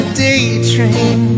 daydream